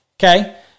Okay